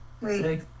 Wait